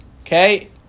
okay